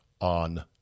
on